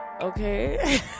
Okay